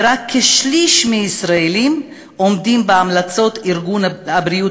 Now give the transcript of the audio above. ורק כשליש מהישראלים עומדים בהמלצות ארגון הבריאות